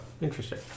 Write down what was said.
Interesting